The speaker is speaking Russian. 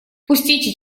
пустите